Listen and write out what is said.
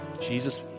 Jesus